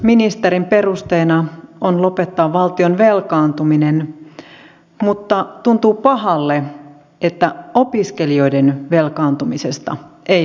opetusministerin perusteena on lopettaa valtion velkaantuminen mutta tuntuu pahalle että opiskelijoiden velkaantumisesta ei välitetä